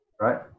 right